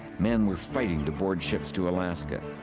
men were fighting to board ships to alaska.